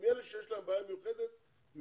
עם אלה שיש להם בעיה מיוחדת מאוד,